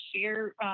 share